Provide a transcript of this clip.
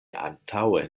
antaŭe